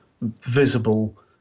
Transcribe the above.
visible